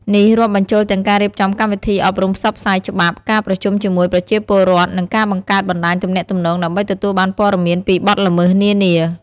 នេះរាប់បញ្ចូលទាំងការរៀបចំកម្មវិធីអប់រំផ្សព្វផ្សាយច្បាប់ ការប្រជុំជាមួយប្រជាពលរដ្ឋ និងការបង្កើតបណ្ដាញទំនាក់ទំនងដើម្បីទទួលបានព័ត៌មានពីបទល្មើសនានា។